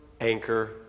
anchor